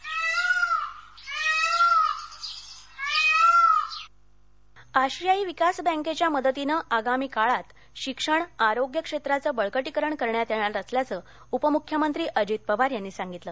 ADB आरोग्य आशियाई विकास बँकेच्या मदतीनं आगामी काळात शिक्षण आरोग्य क्षेत्राचं बळकटीकरण करण्यात येणार असल्याचं उपमुख्यमंत्री अजित पवार यांनी सांगितलं